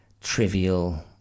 trivial